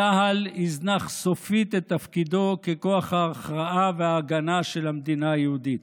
צה"ל יזנח סופית את תפקידו ככוח ההכרעה וההגנה של המדינה היהודית,